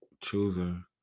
choosing